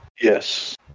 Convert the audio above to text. Yes